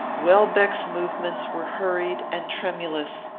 welbeck's movements were hurried and tremulous.